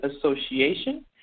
Association